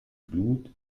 glut